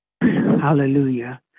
hallelujah